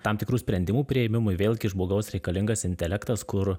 tam tikrų sprendimų priėmimui vėlgi žmogaus reikalingas intelektas kur